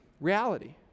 reality